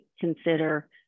consider